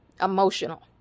emotional